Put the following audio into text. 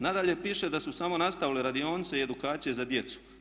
Nadalje, piše da su samo nastavili radionice i edukacije za djecu.